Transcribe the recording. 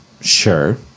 Sure